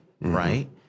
Right